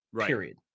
period